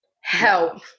help